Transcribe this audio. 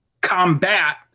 combat